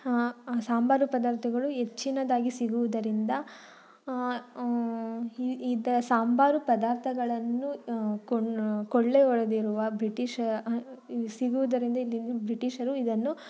ಸಾಂಬಾರು ಪದಾರ್ಥಗಳು ಹೆಚ್ಚಿನದಾಗಿ ಸಿಗುವುದರಿಂದ ಇದು ಸಾಂಬಾರು ಪದಾರ್ಥಗಳನ್ನು ಕೊಣ್ ಕೊಳ್ಳೆ ಹೊಡೆದಿರುವ ಬ್ರಿಟಿಷ ಸಿಗುವುದರಿಂದ ಇಲ್ಲಿಂದ ಬ್ರಿಟಿಷರು ಇದನ್ನು ಕೊಳ್ಳೆ